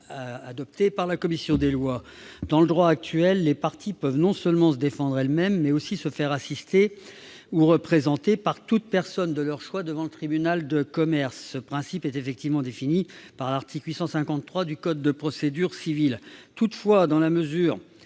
adoptée par la commission des lois. Dans le droit actuel, les parties peuvent non seulement se défendre elles-mêmes, mais aussi se faire assister ou représenter par toute personne de leur choix devant le tribunal de commerce. Ce principe est défini par l'article 853 du code de procédure civile. Toutefois, dans la mesure